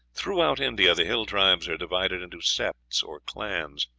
throughout india the hill-tribes are divided into septs or clans,